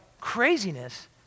craziness